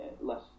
less